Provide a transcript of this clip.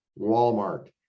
Walmart